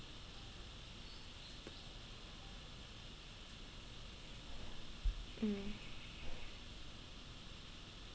mm